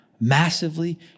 Massively